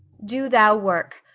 do thou work.